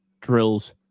drills